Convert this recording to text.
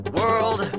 world